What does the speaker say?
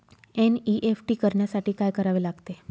NEFT करण्यासाठी काय करावे लागते?